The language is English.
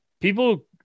people